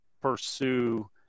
pursue